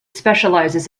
specializes